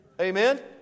Amen